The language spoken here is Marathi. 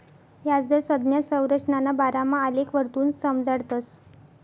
याजदर संज्ञा संरचनाना बारामा आलेखवरथून समजाडतस